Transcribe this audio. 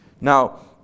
Now